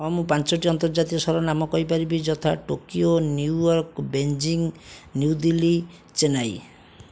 ହଁ ମୁଁ ପାଞ୍ଚଟି ଅନ୍ତର୍ଜାତୀୟ ସହରର ନାମ କହିପାରିବି ଯଥା Tokyo New York Beijing New Delhi Chennai